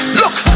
look